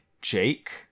jake